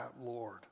Lord